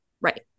Right